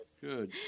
Good